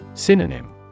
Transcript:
Synonym